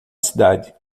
cidade